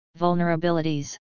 Vulnerabilities